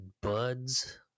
buds